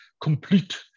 complete